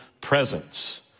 presence